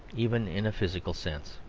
even in a physical sense.